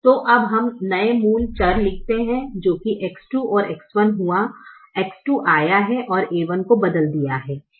तो अब हम नए मूल चर लिखते हैं जो कि X2 और X1 हुआ X2आया है और a1 को बदल दिया है